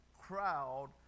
crowd